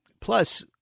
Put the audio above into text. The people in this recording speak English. Plus